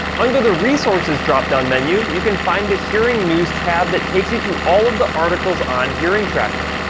under the resources dropdown menu, you can find the hearing news tab that takes you to all of the articles on hearing tracker.